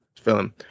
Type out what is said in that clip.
feeling